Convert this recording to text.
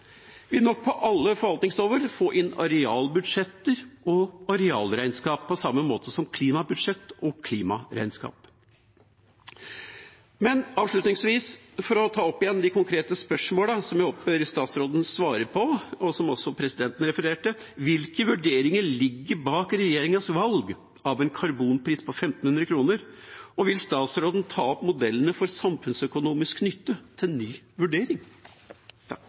på alle forvaltningsområder få inn arealbudsjetter og arealregnskap, på samme måte som klimabudsjetter og klimaregnskap. Avslutningsvis, for å ta opp igjen de konkrete spørsmålene som jeg håper statsråden svarer på, og som også presidenten refererte: Hvilke vurderinger ligger bak regjeringas valg av en karbonpris på 1 500 kr? Vil statsråden ta opp modellene for samfunnsøkonomisk nytte til ny vurdering?